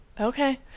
Okay